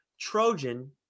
trojan